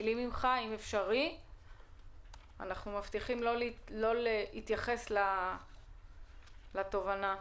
אנחנו מבטיחים לא להתייחס לתובענה.